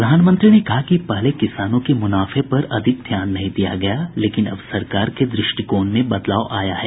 प्रधानमंत्री ने कहा कि पहले किसानों के मुनाफे पर ज्यादा ध्यान नहीं दिया गया लेकिन अब सरकार के दृष्टिकोण में बदलाव आया है